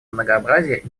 многообразия